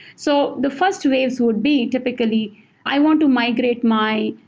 so the first ways would be typically i want to migrate my,